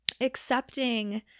accepting